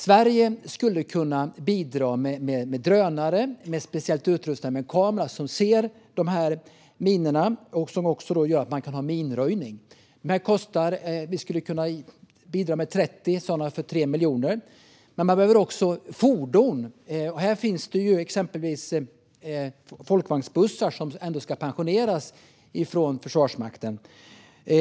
Sverige skulle kunna bidra med drönare som specialutrustats med kameror som ser minor, vilket underlättar minröjning. Vi skulle kunna bidra med 30 sådana för 3 miljoner. Ukraina behöver också fordon, och vi har ju folkvagnsbussar som ska pensioneras från Försvarsmakten.